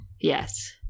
Yes